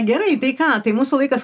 gerai tai ką tai mūsų laikas